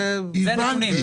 הבנתי,